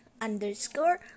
underscore